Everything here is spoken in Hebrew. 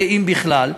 אם בכלל,